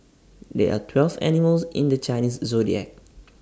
there are twelve animals in the Chinese Zodiac